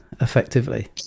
effectively